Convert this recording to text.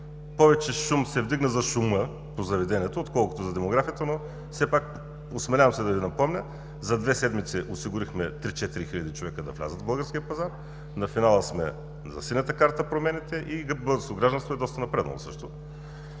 Повече шум се вдигна за шума по заведенията, отколкото за демографията, но – осмелявам се да Ви напомня: за две седмици осигурихме три четири хиляди човека да влязат в българския пазар, на финал сме за синята карта, промените за българското гражданство също са напреднали